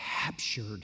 captured